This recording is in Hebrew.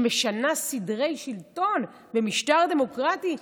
שמשנה סדרי שלטון במשטר דמוקרטי,